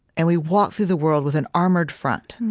and we walk through the world with an armored front,